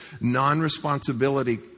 non-responsibility